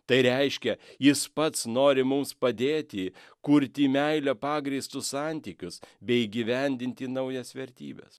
tai reiškia jis pats nori mums padėti kurti meile pagrįstus santykius bei įgyvendinti naujas vertybes